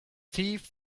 thief